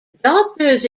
doctors